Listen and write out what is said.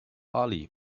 ali